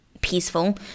peaceful